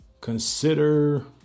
consider